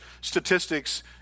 statistics